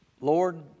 lord